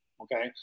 Okay